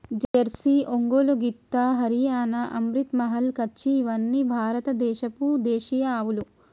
Jersey, Ongole గిత్త, హరియాణా, అమ్రిత్ మహల్, కచ్చి ఇవ్వని భారత దేశపు దేశీయ ఆవులు